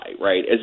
right